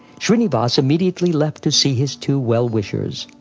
shrinivas immediately left to see his two well-wishers,